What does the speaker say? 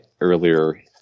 earlier